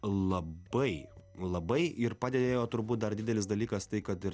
labai labai ir padėjo turbūt dar didelis dalykas tai kad ir